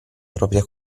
propria